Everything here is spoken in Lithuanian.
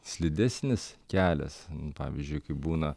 slidesnis kelias pavyzdžiui kai būna